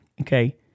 Okay